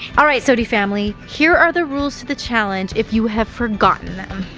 all right soty family, here are the rules to the challenge, if you have forgotten them.